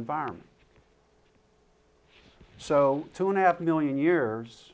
environment so two and a half million years